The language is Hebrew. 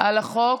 על החוק